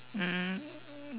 mm